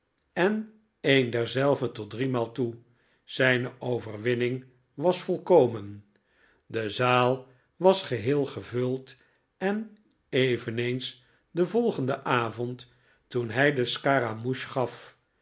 en een derzelve tot driemaal toe zijne overwinning was volkomen de zaal was geheel gevuld en eveneens den volgenden avond toen hij de scaramouche gaf